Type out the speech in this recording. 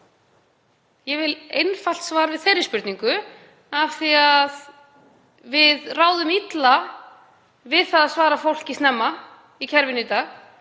Ég vil einfalt svar við þeirri spurningu. Við ráðum illa við það að svara fólki fljótt í kerfinu í dag.